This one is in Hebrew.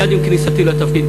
מייד עם כניסתי לתפקיד,